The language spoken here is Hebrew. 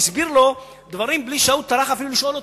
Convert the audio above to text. והסביר לו דברים בלי שההוא טרח אפילו לשאול.